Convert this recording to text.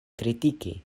kritiki